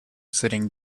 sitting